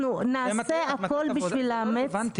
אנחנו נעשה הכול בשביל לאמץ